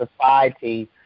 society